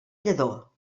lladó